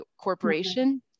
corporation